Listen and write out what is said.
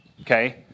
okay